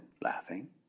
laughing